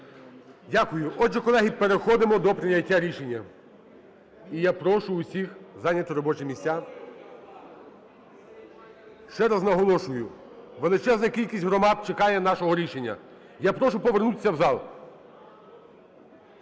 Дякую. Отже, колеги, переходимо до прийняття рішення. І я прошу всіх зайняти робочі місця. Ще раз наголошую: величезна кількість громад чекає нашого рішення. Я прошу повернутися в зал.